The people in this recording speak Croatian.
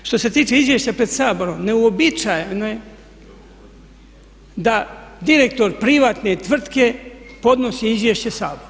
E, što se tiče izvješća pred Saborom, neuobičajeno je da direktor privatne tvrtke podnosi izvješće Saboru.